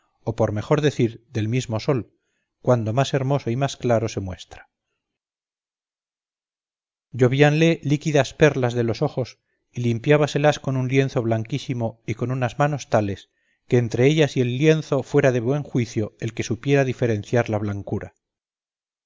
o por mejor decir del mismo sol cuando más hermoso y más claro se muestra llovíanle líquidas perlas de los ojos y limpiábaselas con un lienzo blanquísimo y con unas manos tales que entre ellas y el lienzo fuera de buen juicio el que supiera diferenciar la blancura